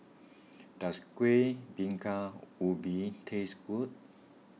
does Kueh Bingka Ubi taste good